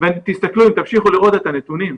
תמשיכו לראות את הנתונים,